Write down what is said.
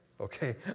okay